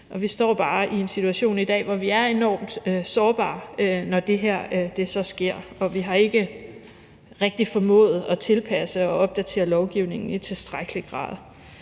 Vi står bare i en situation i dag, hvor vi er enormt sårbare, når det her sker, og vi har ikke rigtig formået at tilpasse og opdatere lovgivningen i tilstrækkelig grad.